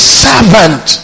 servant